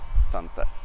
sunset